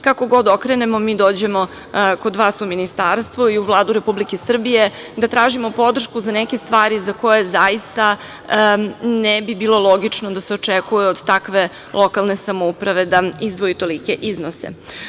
Kako god okrenemo, mi dođemo kod vas u Ministarstvo i u Vladu Republike Srbije da tražimo podršku za neke stvari za koje zaista ne bi bilo logično da se očekuje od takve lokalne samouprave da izdvoji tolike iznose.